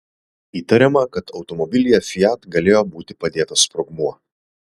įtariama kad automobilyje fiat galėjo būti padėtas sprogmuo